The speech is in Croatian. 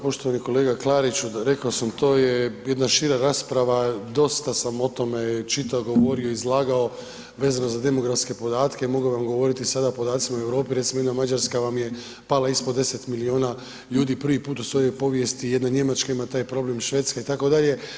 Poštovani kolega Klariću, rekao sam, to je jedna šira rasprava, dosta sam o tome čitao, govorio, izlagao vezano za demografske podatke, mogu vam govoriti sada o podacima Europe, recimo, jedna Mađarska vam je pala ispod 10 milijuna ljudi prvi put u svojoj povijesti, jedna Njemačka ima taj problem, Švedska, itd.